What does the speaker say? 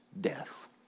death